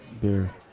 beer